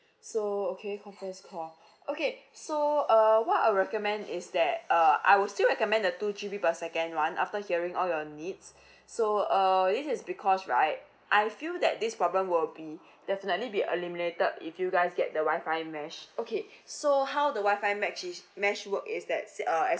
so okay conference call okay so uh what I recommend is that uh I will still recommend the two G_B per second [one] after hearing all your needs so uh this is because right I feel that this problem will be definitely be eliminated if you guys get the wi-fi mesh okay so how the wi-fi mesh is mesh work is that it's uh as